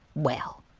well,